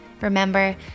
Remember